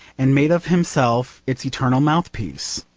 and made of himself its eternal mouthpiece.